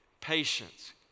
patience